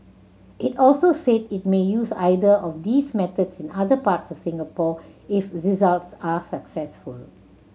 it also said it may use either of these methods in other parts of Singapore if results are successful